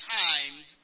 times